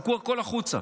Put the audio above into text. זרקו הכול החוצה.